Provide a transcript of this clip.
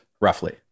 roughly